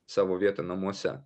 savo vietą namuose